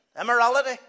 Immorality